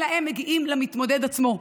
אלא הם מגיעים למתמודד עצמו.